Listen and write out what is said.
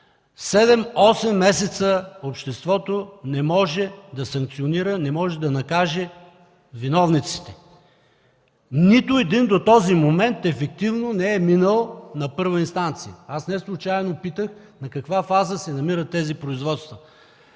осем месеца обществото не може да санкционира, не може да накаже виновниците. Нито един до този момент ефективно не е минал на първа инстанция. Неслучайно Ви попитах на каква фаза се намират тези производства.